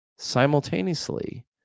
simultaneously